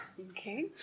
Okay